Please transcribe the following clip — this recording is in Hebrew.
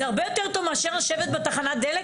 זה הרבה יותר טוב מאשר לשבת בתחנת דלק